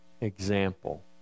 example